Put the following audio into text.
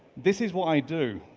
this is what i do.